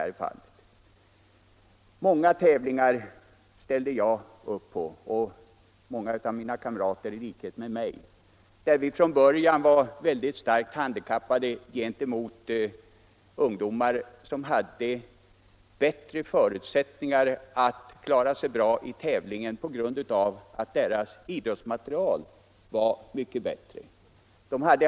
Flera av mina kamrater ställde i likhet med mig upp i många tävlingar. Vi var från början starkt handikappade gentemot de ungdomar som hade bättre förutsättningar att lyckas bra i tävlingarna på grund av att deras idrottsmateriel var mycket bättre än vår.